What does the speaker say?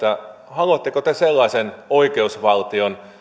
haluatteko te sellaisen oikeusvaltion